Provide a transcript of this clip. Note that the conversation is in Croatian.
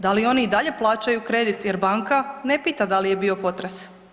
Da li oni i dalje plaćaju kredit jer banka ne pita da li je bio potres.